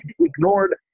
ignored